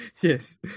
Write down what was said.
Yes